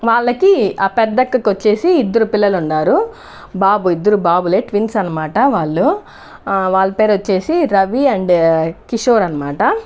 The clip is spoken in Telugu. వాళ్ళకి ఆ పెద్ద అక్కకు వచ్చేసి ఇద్దరు పిల్లలు ఉన్నారు బాబు ఇద్దరు బాబులే ట్విన్స్ అనమాట వాళ్ళు వాళ్ళ పేరు వచ్చేసి రవి అండ్ కిషోర్ అనమాట